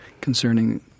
concerning